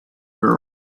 girl